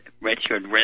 Richard